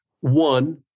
One